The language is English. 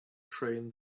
train